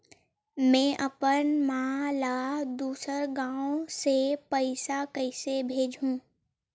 में अपन मा ला दुसर गांव से पईसा कइसे भेजहु?